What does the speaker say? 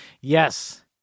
Yes